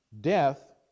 Death